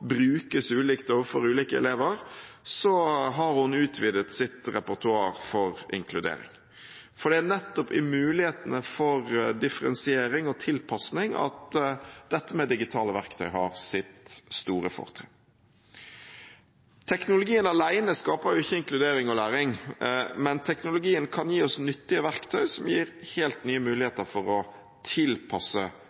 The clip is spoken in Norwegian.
brukes ulikt overfor ulike elever, har hun utvidet sitt repertoar for inkludering. Det er nettopp i mulighetene for differensiering og tilpassing at dette med digitale verktøy har sitt store fortrinn. Teknologien alene skaper ikke inkludering og læring, men den kan gi oss nyttige verktøy som gir helt nye